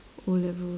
O-levels